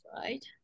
right